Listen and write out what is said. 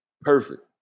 Perfect